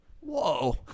Whoa